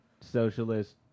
socialist